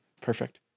Perfect